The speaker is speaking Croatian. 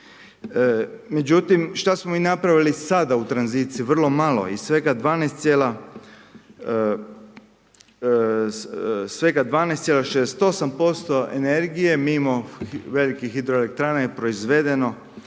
Međutim, šta smo mi napravili sada u tranziciji? Vrlo malo i svega 12,68% energije mimo velikih hidroelektrana je proizvedeno